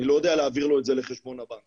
אני לא יודע להעביר לו את זה לחשבון הבנק.